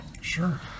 sure